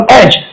edge